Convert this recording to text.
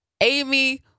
Amy